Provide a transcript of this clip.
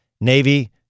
Navy